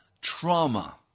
trauma